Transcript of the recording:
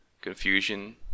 Confusion